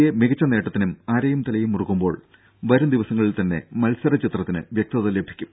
A മികച്ച നേട്ടത്തിനും അരയും തലയും മുറുക്കുമ്പോൾ വരുംദിവസങ്ങളിൽതന്നെ മത്സരചിത്രത്തിന് വ്യക്തത ലഭിക്കും